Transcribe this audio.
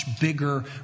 bigger